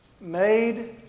made